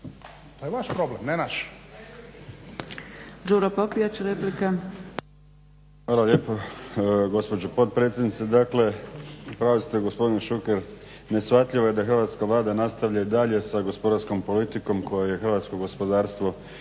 to je vaš problem, ne naš.